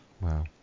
Wow